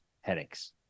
headaches